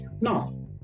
Now